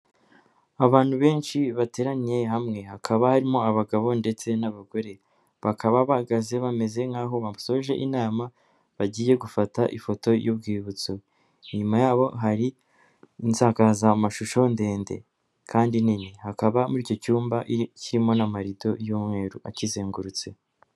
Abantu benshi bateraniye hamwe hakaba harimo abagabo ndetse n'abagore, bakaba bahagaze bameze nk'aho basoje inama bagiye gufata ifoto y'urwibutso. Inyuma yabo hari insakazamashusho ndende kandi nini, hakaba muri icyo cyumba kirimo n'amarido y'umweru akizengurutse.